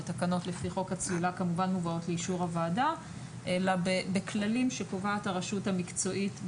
וכן מרכז הצלילה מצא שהצולל כשיר לכך מבחינה תפקודית,